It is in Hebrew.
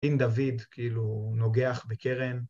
אם דוד כאילו נוגח בקרן.